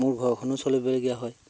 মোৰ ঘৰখনো চলিবলগীয়া হয়